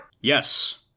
Yes